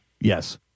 Yes